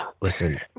listen